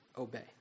Obey